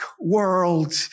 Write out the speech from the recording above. world